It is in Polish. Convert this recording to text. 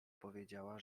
powiedziała